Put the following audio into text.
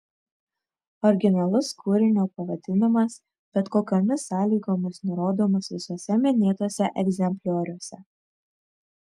originalus kūrinio pavadinimas bet kokiomis sąlygomis nurodomas visuose minėtuose egzemplioriuose